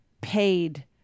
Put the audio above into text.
paid